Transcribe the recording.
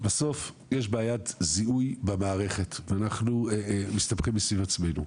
בסוף יש בעיית זיהוי במערכת ואנחנו מסתובבים סביב עצמנו.